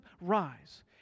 rise